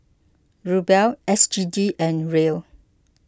Ruble S G D and Riel